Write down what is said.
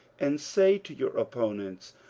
and say to your opponents,